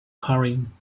hurrying